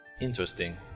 Interesting